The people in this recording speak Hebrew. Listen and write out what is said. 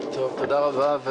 תודה רבה.